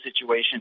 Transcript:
situation